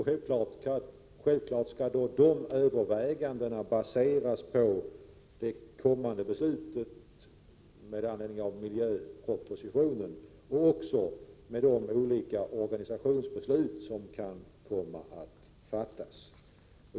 Självfallet-skall de övervägandena baseras på beslutet med anledning av den kommande miljöpropositionen och på de olika organisationsbeslut som kan komma att fattas.